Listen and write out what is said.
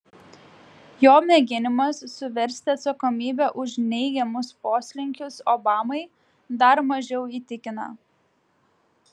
jo mėginimas suversti atsakomybę už neigiamus poslinkius obamai dar mažiau įtikina